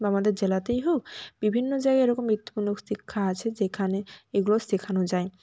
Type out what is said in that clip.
বা আমাদের জেলাতেই হোক বিভিন্ন জায়গায় এরকম বৃত্তিমূলক শিক্ষা আছে যেখানে এগুলো শেখানো যায়